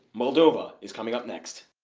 moldova is coming up next.